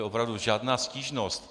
Opravdu, žádná stížnost.